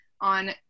on